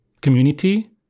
community